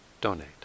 donate